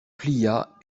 plia